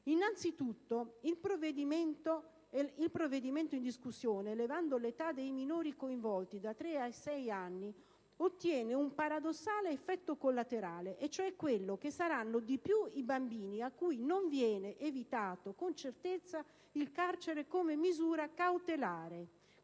Innanzitutto il provvedimento in discussione, elevando l'età dei minori coinvolti da 3 a 6 anni, ottiene il paradossale effetto collaterale che saranno di più i bambini a cui non viene evitato con certezza il carcere come misura cautelare,